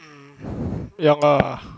ya lah